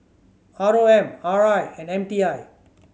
R O M R I and M T I